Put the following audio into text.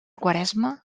quaresma